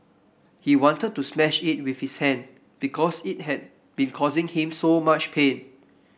he wanted to smash it with his hand because it had been causing him so much pain